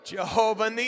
Jehovah